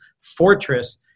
fortress